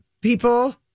people